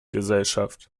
gesellschaft